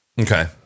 Okay